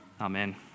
Amen